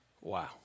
Wow